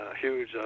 huge